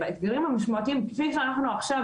באתגרים המשמעותיים כפי שאנחנו עכשיו